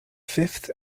fifth